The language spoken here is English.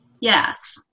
Yes